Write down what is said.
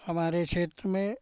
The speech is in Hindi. हमारे क्षेत्र में